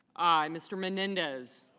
i. mr. menendez